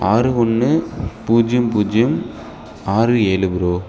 ஆறு ஒன்று பூஜ்யம் பூஜ்யம் ஆறு ஏழு ப்ரோ